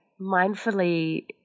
mindfully